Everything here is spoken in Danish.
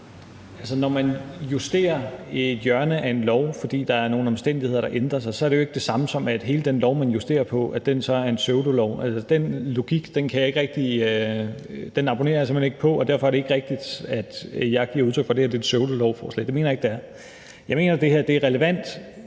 Når man justerer et hjørne af en lov, fordi der er nogle omstændigheder, der ændrer sig, så er det jo ikke det samme, som at hele den lov, man justerer på, er en pseudolov. Altså, den logik abonnerer jeg simpelt hen ikke på, og derfor er det ikke rigtigt, at jeg giver udtryk for, at det her er et pseudolovforslag. Det mener jeg ikke at det er. Jeg mener, at det her er en relevant